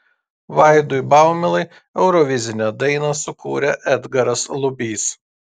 vaidui baumilai eurovizinę dainą sukūrė edgaras lubys